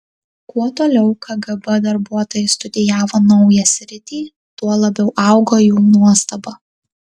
kuo toliau kgb darbuotojai studijavo naują sritį tuo labiau augo jų nuostaba